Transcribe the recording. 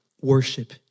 worship